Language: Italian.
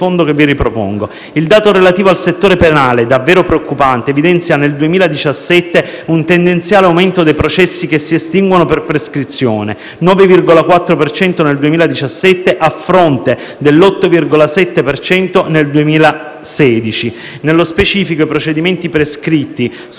Il dato relativo al settore penale è davvero preoccupante ed evidenzia nel 2017 un tendenziale aumento dei processi che si estinguono per prescrizione: 9,4 per cento nel 2017 a fronte dell'8,7 per cento nel 2016. Nello specifico, i procedimenti prescritti sono